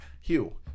Hugh